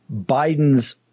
Biden's